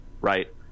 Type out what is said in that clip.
right